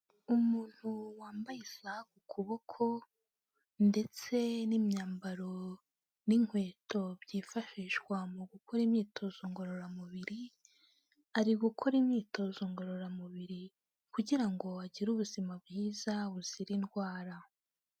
Umuntu wambaye isaha ku kuboko ndetse n'imyambaro n'inkweto byifashishwa mu gukora imyitozo ngororamubiri, ari gukora imyitozo ngororamubiri kugira ngo agire ubuzima bwiza buzira indwara.